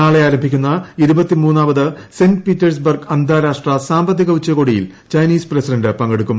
നാളെ ആരംഭിക്കുന്ന ഇരുപത്തി മൂന്നാമത് സെന്റ് പീറ്റേഴ്സ് ബർഗ് അന്താരാഷ്ട്ര സാമ്പത്തിക ഉച്ചകോടിയിൽ ചൈനീസ് പ്രസിഡന്റ് പങ്കെടുക്കും